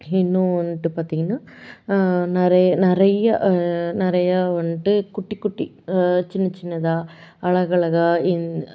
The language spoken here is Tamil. இன்னும் வந்துட்டு பார்த்தீங்கன்னா நிறைய நிறைய நிறையா வந்துட்டு குட்டி குட்டி சின்ன சின்னதாக அலகழகா இன்